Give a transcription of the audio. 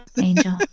angel